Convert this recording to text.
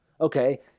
Okay